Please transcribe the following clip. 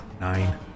Nine